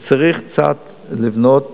צריך לבנות